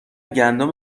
گندم